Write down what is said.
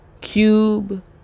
cube